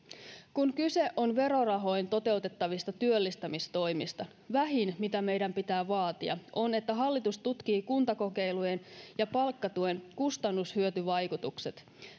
kun kyse on verorahoin toteutettavista työllistämistoimista vähin mitä meidän pitää vaatia on että hallitus tutkii kuntakokeilujen ja palkkatuen kustannus hyöty vaikutukset